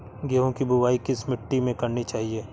गेहूँ की बुवाई किस मिट्टी में करनी चाहिए?